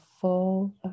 full